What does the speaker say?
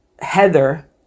Heather